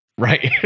Right